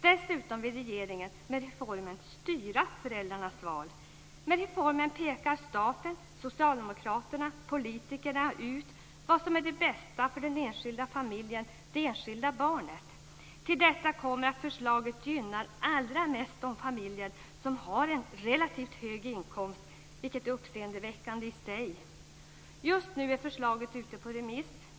Dessutom vill regeringen med reformen styra föräldrarnas val. Med reformen pekar staten, Socialdemokraterna, politikerna ut vad som är det bästa för den enskilda familjen och det enskilda barnet. Till detta kommer att förslaget allra mest gynnar de familjer som har en relativt hög inkomst, vilket är uppseendeväckande i sig. Just nu är förslaget ute på remiss.